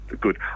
good